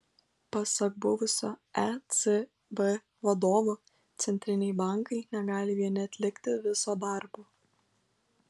pasak buvusio ecb vadovo centriniai bankai negali vieni atlikti viso darbo